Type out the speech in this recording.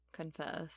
confess